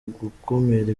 gukumira